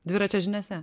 dviračio žiniose